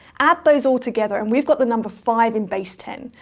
add those all together and we've got the number five in base ten.